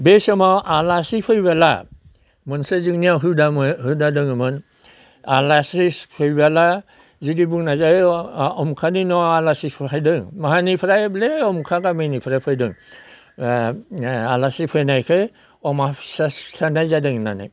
बे समाव आलासि फैब्ला मोनसे जोंनियाव हुदामोन हुदा दोङोमोन आलासि फैब्ला जुदि बुंनाय जायो अमुखानि न'आव आलासि सहायदों माहानिफ्रायब्ले हमखा गामिनिफ्राय फैदों आलासि फैनायखाय अमा फिसा सिथारनाय जादों होननानै